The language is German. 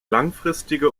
langfristige